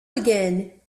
again